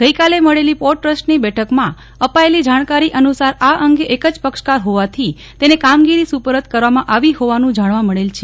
ગઈકાલે મળેલી પોર્ટ ટ્રસ્ટની બેઠકમાં અપાયેલી જાણકારી અનુસાર આ અંગે એક જ પક્ષકાર હોવાથી તેને કામગીરી સુપરત કરવામાં આવી હોવાનું જાણવા મળે છે